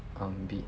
um be